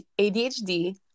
ADHD